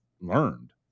learned